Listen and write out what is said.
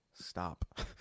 stop